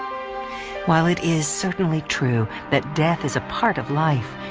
while it is certainly true that death is a part of life,